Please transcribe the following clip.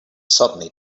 suddenly